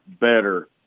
better